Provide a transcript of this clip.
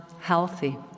healthy